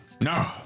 No